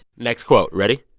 next quote ready?